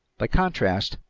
by contrast,